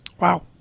Wow